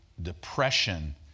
depression